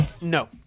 No